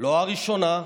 לא הראשונה,